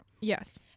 Yes